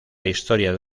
historias